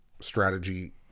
strategy